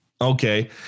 Okay